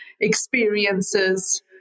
experiences